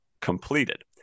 completed